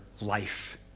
life